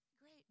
Great